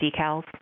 decals